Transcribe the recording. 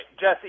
Jesse